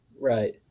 right